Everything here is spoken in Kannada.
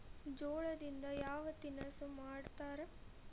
ಜೋಳದಿಂದ ಯಾವ ತಿನಸು ಮಾಡತಾರ?